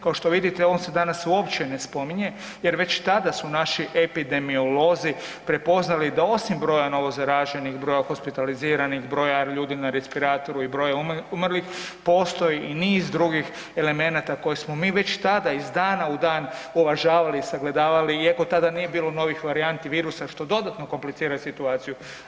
Kao što vidite, on se danas uopće ne spominje jer već tada su naši epidemiolozi prepoznali da osim broja novozaraženih, broja hospitaliziranih, broja ljudi na respiratoru i broja umrlih, postoji i niz drugih elemenata koje smo mi već tada iz dana u dan uvažavali i sagledavali iako tada nije bilo novih varijanti virusa što dodatno kompliciraju situaciju.